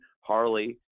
Harley